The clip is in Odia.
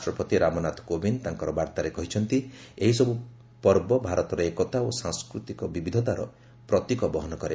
ରାଷ୍ଟ୍ରପତି ରାମନାଥ କୋବିନ୍ଦ ତାଙ୍କର ବାର୍ତ୍ତାରେ କହିଛନ୍ତି ଏହିସବୁ ପର୍ବ ଭାରତର ଏକତା ଓ ସଂସ୍କୃତିକ ବିବିଧତାର ପ୍ରତୀକ ବହନ କରେ